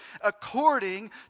according